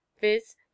viz